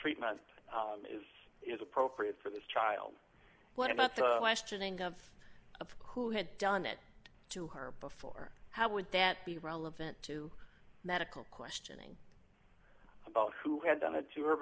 treatment is is appropriate for this child what about the last inning of who had done it to her before how would that be relevant to medical questioning about who had done it to her